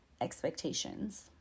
expectations